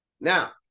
now